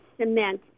cement